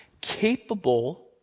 capable